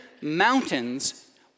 mountains